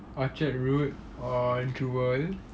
orchard route or jewel